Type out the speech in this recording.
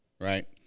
Right